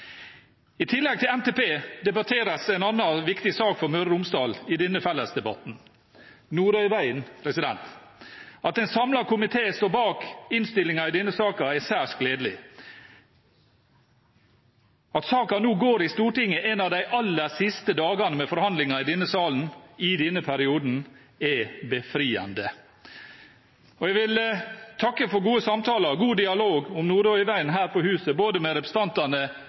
I tillegg til NTP debatteres en annen viktig sak for Møre og Romsdal i denne fellesdebatten: Nordøyvegen. At en samlet komité står bak innstillingen i denne saken, er særs gledelig. At saken behandles i Stortinget en av de aller siste dagene med forhandlinger i denne salen i denne perioden, er befriende. Jeg vil takke for gode samtaler og god dialog om Nordøyvegen her på huset, både med representantene